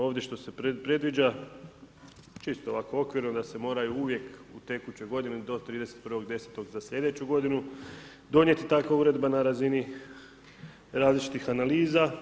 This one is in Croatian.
Ovdje što se predviđa čisto ovako okvirno da se moraju uvijek u tekućoj godini do 31. 10. za sljedeću godinu donijeti takva uredba na razini različitih analiza.